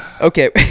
Okay